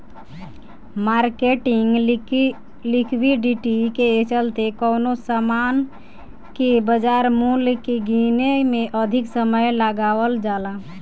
marketing liquidity के चलते कवनो सामान के बाजार मूल्य के गीने में अधिक समय लगावल जाला